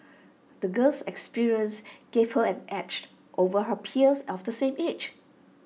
the girl's experiences gave her an edged over her peers of the same age